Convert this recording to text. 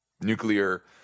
nuclear